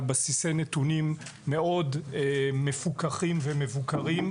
על בסיסי נתונים מאוד מפוקחים ומבוקרים,